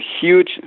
huge